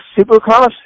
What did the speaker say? Supercross